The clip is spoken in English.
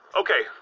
okay